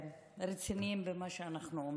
רציניים במה שאנחנו אומרים.